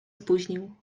spóźnił